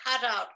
cutout